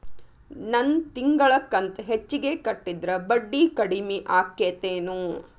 ನನ್ ತಿಂಗಳ ಕಂತ ಹೆಚ್ಚಿಗೆ ಕಟ್ಟಿದ್ರ ಬಡ್ಡಿ ಕಡಿಮಿ ಆಕ್ಕೆತೇನು?